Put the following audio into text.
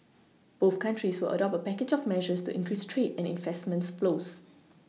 both countries will adopt a package of measures to increase trade and investment flows